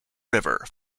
river